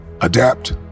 Adapt